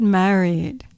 married